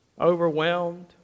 overwhelmed